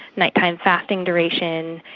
night-time fasting duration,